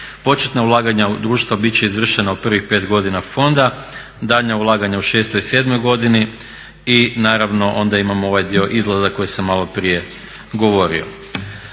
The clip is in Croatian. Početna ulaganja u društvo biti će izvršena u prvih 5 godina fonda, daljnja ulaganja u 6., 7. godini i naravno onda imamo ovaj dio izlaza koji sam malo prije govorio.